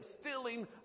stealing